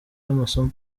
y’amasomo